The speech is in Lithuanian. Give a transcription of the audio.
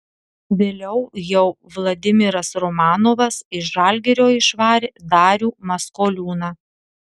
vėliau jau vladimiras romanovas iš žalgirio išvarė darių maskoliūną